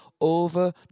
over